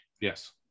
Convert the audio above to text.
Yes